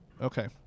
Okay